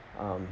um